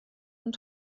und